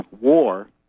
war